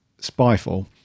Spyfall